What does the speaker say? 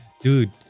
Dude